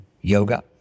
yoga